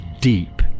deep